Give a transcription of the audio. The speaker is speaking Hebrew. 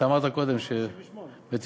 אתה אמרת קודם, ב-1998.